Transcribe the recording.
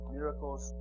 miracles